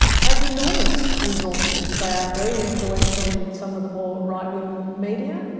has enormous resources. they are very influential in some of the more right-wing media.